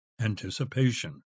anticipation